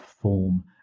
form